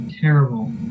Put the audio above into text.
Terrible